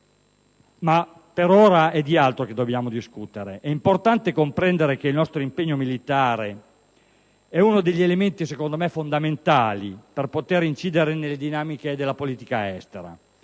Ma è di altro che ora dobbiamo discutere. È importante comprendere che il nostro impegno militare è uno degli elementi a mio avviso fondamentali per incidere sulle dinamiche della politica estera.